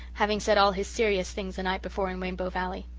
having said all his serious things the night before in rainbow valley.